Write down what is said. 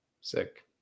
sick